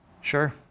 Sure